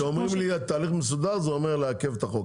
אוהב שאומרים לי תהליך מסודר זה אומר לעכב את החוק.